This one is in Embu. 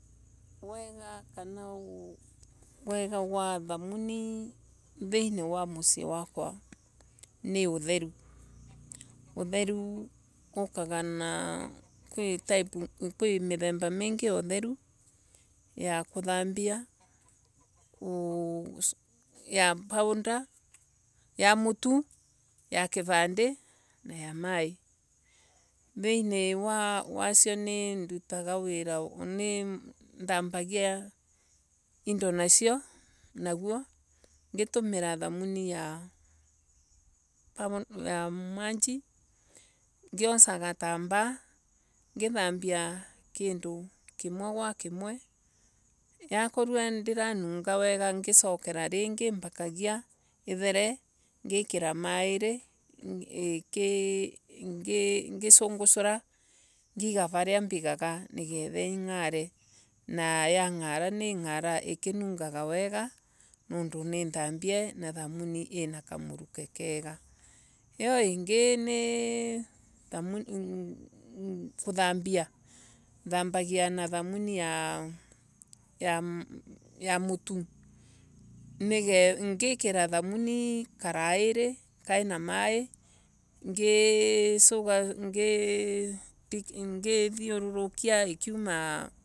Wega wa thamuni thiini wa musii wakwa ni utheru Utheru ukaga na kwi type Kwi mithemba mingi ya utheru ya kuthambia Ku Ya powder Ya mutu Ya kivandi na ya mai Thiini wasio nindutaga nithombagia indo noguo ngitumira thavuni ya manji. Ngiosa gutambaa ngithambia kindu kimwe gwa kimwe. Rakorwa ndiranungo wega ngisokera ringi nginya ithere. ngikira mairi iki Ngisungwura ngiga varia mbigoga. Yangara ikingara ikinungaga wega. Niundu nithambie na thamuni ina kamuruke kega. Iyo inai nkuthambia. Thambagia na thamuni ya mutu. nigetha ngikira thamuni kirairi kina mai ngi- ngii ngithiurukia ikinauma